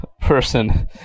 Person